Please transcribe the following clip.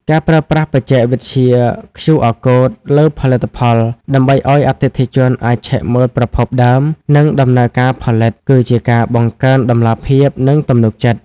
ការប្រើប្រាស់បច្ចេកវិទ្យា QR Code លើផលិតផល ដើម្បីឱ្យអតិថិជនអាចឆែកមើលប្រភពដើម និងដំណើរការផលិត គឺជាការបង្កើនតម្លាភាព និងទំនុកចិត្ត។